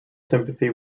sympathy